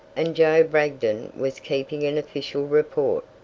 and joe bragdon was keeping an official report,